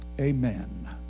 Amen